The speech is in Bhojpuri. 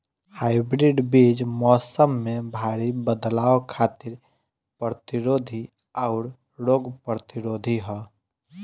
हाइब्रिड बीज मौसम में भारी बदलाव खातिर प्रतिरोधी आउर रोग प्रतिरोधी ह